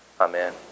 Amen